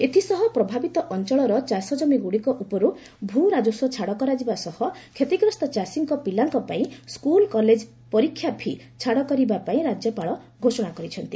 ଏଥିସହ ପ୍ରଭାବିତ ଅଞ୍ଚଳର ଚାଷ ଜମିଗୁଡ଼ିକ ଉପରୁ କମି ରାଜସ୍ୱ ଛାଡ଼ କରିବା ସହ କ୍ଷତିଗ୍ରସ୍ତ ଚାଷୀଙ୍କ ପିଲାଙ୍କ ପାଇଁ ସ୍କୁଲ୍ କଲେଜ୍ ପରୀକ୍ଷା ଫି' ଛାଡ଼ କରିବା ପାଇଁ ରାଜ୍ୟ ପାଳ ଘୋଷଣା କରିଛନ୍ତି